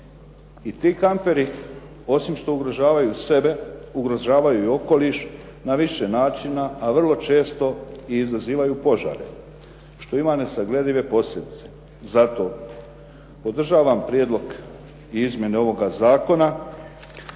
I ti kamperi, osim što ugrožavaju sebe, ugrožavaju i okoliš na više načina, a vrlo često i izazivaju požare, što ima nesagledive posljedice. Zato, podržavam prijedlog i izmjene ovoga zakona,